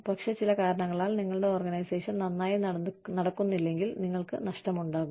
പക്ഷേ ചില കാരണങ്ങളാൽ നിങ്ങളുടെ ഓർഗനൈസേഷൻ നന്നായി നടക്കുന്നില്ലെങ്കിൽ നിങ്ങൾക്ക് നഷ്ടമാകും